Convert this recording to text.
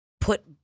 put